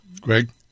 Greg